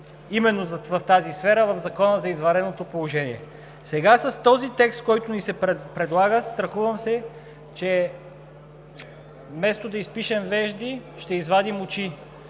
именно в тази сфера в Закона за извънредното положение. Сега с този текст, който ни се предлага, страхувам се, че вместо да изпишем вежди, ще извадим очи.